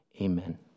Amen